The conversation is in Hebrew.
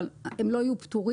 אבל הם לא יהיו פטורים.